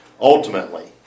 Ultimately